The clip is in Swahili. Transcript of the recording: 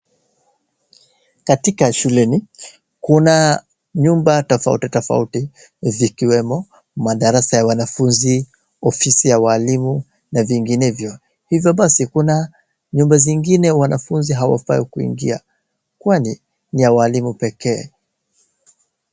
Katika shuleni, kuna nyumba tofauti tofauti zikiwemo madarasa ya wanafuzi, ofisi ya walimu na vinginevyo. Hivyo basi kuna nyumba zingine wanafuzi hawafai kuingia kwani ni ya walimu pekee.